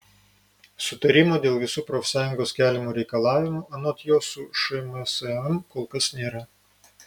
sutarimo dėl visų profsąjungos keliamų reikalavimų anot jo su šmsm kol kas nėra